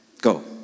go